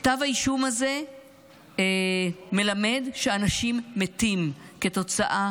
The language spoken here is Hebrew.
כתב האישום הזה מלמד שאנשים מתים כתוצאה